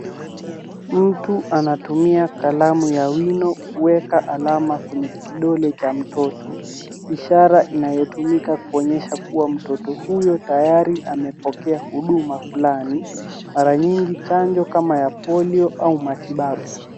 Mtu anatumia kalamu ya wino kuweka alama kwenye kidole cha mtoto , ishara inayotumika kuonyesha kuwa mtoto huyo tayari amepokea huduma fulani , mara nyingi chajo kama ya Polio au matibabu.